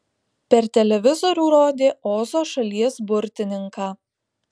per televizorių rodė ozo šalies burtininką